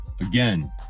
Again